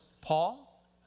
Paul